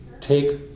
take